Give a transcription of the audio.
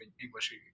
English